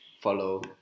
follow